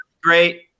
great